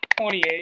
28